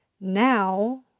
Now